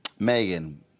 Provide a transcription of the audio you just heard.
Megan